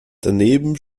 daneben